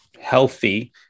healthy